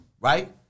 right